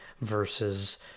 versus